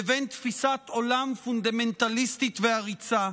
לבין תפיסת עולם פונדמנטליסטית ועריצה,